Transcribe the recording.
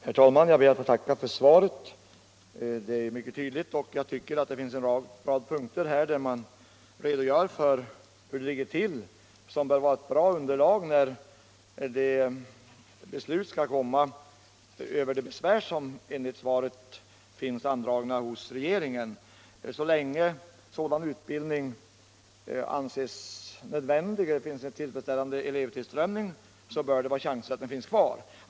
Herr talman! Jag ber att få tacka för svaret. Det är mycket tydligt. Jag tycker att en rad punkter där statsrådet redogör för hur det ligger till bör vara ett bra underlag när beslut skall fattas över de besvär som enligt svaret finns andragna hos regeringen. Så länge sådan utbildning anses nödvändig eller det är tillfredsställande elevtillströmning bör det vara chanser att kursen får finnas kvar.